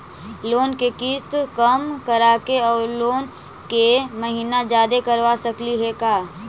Loan के किस्त कम कराके औ लोन के महिना जादे करबा सकली हे का?